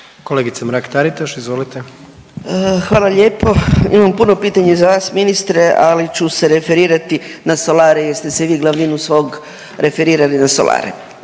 **Mrak-Taritaš, Anka (GLAS)** Hvala lijepo. Imam puno pitanja za vas ministre, ali ću se referirati na solare jel ste se vi glavninu svog referirali na solare.